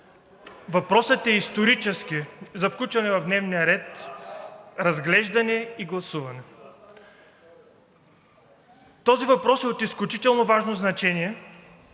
въпросът е исторически (шум и реплики) – за включване в дневния ред, разглеждане и гласуване. Този въпрос е от изключително важно значение